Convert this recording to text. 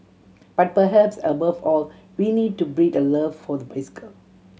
but perhaps above all we need to breed a love for the bicycle